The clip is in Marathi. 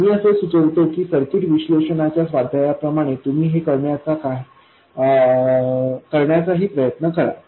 मी असे सुचवतो की सर्किट विश्लेषणाच्या स्वाध्यायाप्रमाणेच तुम्ही हे करण्याचा ही प्रयत्न करा